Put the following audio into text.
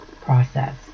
process